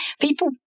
People